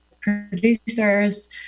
producers